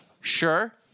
Sure